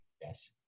yes